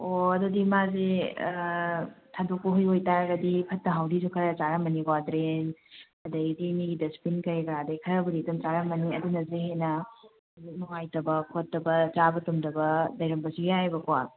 ꯑꯣ ꯑꯗꯨꯗꯤ ꯃꯥꯁꯦ ꯊꯥꯗꯣꯛꯄ ꯍꯨꯏ ꯑꯣꯏꯇꯔꯒꯗꯤ ꯐꯠꯇ ꯍꯧꯗꯤꯁꯨ ꯈꯔ ꯆꯥꯔꯝꯂꯅꯤꯀꯣ ꯗ꯭ꯔꯦꯟ ꯑꯗꯒꯤ ꯃꯤꯒꯤ ꯗꯁꯕꯤꯟ ꯀꯔꯤ ꯀꯔꯥꯗꯩ ꯈꯔꯕꯨꯗꯤ ꯑꯗꯨꯝ ꯆꯥꯔꯝꯃꯅꯤ ꯑꯗꯨꯅꯁꯨ ꯍꯦꯟꯅ ꯍꯧꯖꯤꯛ ꯅꯨꯡꯉꯥꯏꯇꯕ ꯈꯣꯠꯇꯕ ꯆꯥꯕ ꯇꯨꯝꯗꯕ ꯂꯩꯔꯝꯕꯁꯨ ꯌꯥꯏꯑꯕꯀꯣ